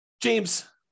James